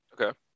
Okay